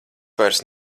vairs